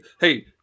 hey